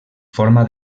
forma